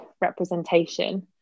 representation